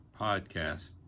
podcast